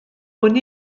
hwn